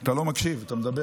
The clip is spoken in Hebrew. אתה לא מקשיב, אתה מדבר.